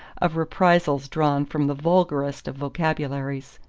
of reprisals drawn from the vulgarest of vocabularies.